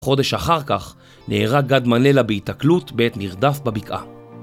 חודש אחר כך נהרג גד מנלה בהיתקלות בעת מרדף בבקעה.